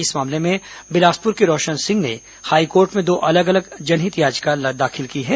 इस मामले में बिलासपुर के रौशन सिंह ने हाईकोर्ट में दो अलग अलग जनहित याचिका दाखिल की है